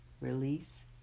Release